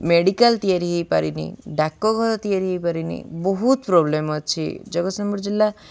medical ତିଆରି ହେଇପାରିନି ଡାକ ଘର ତିଆରି ହେଇପାରିନି ବହୁତ ପ୍ରୋବ୍ଲେମ୍ ଅଛି ଜଗତସିଂପୁର ଜିଲ୍ଲା